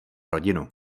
rodinu